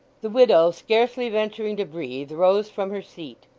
the widow, scarcely venturing to breathe, rose from her seat.